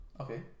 Okay